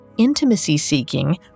intimacy-seeking